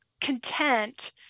content